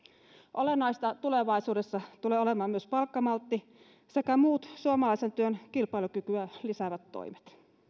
olennaisia tulevaisuudessa tulevat olemaan myös palkkamaltti sekä muut suomalaisen työn kilpailukykyä lisäävät toimet